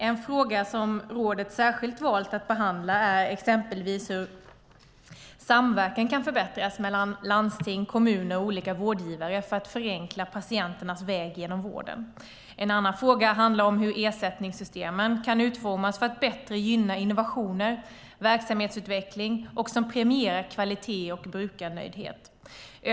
En fråga som rådet särskilt valt att behandla är exempelvis hur samverkan kan förbättras mellan landsting, kommuner och olika vårdgivare för att förenkla patienternas väg genom vården. En annan fråga handlar om hur ersättningssystemen kan utformas för att bättre gynna innovationer och verksamhetsutveckling som premierar kvalitet och brukarnöjdhet.